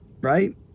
Right